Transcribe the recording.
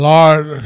Lord